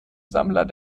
sammler